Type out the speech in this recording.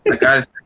guys